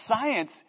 science